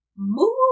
Move